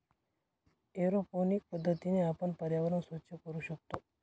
aeroponic पद्धतीने आपण पर्यावरण स्वच्छ करू शकतो